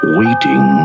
waiting